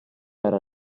era